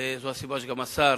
וזאת גם הסיבה ששר